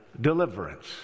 deliverance